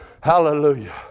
Hallelujah